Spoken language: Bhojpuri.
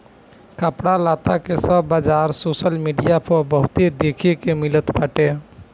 कपड़ा लत्ता के सब बाजार सोशल मीडिया पअ बहुते देखे के मिलत बाटे